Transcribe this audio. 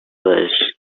was